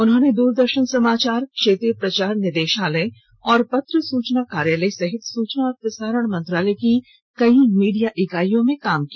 उन्होंने द्रदर्शन समाचार क्षेत्रीय प्रचार निदेशालय और पत्र सूचना कार्यालय सहित सूचना और प्रसारण मंत्रालय की कई मीडिया इकाईयों में काम किया